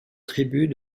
tribut